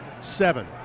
seven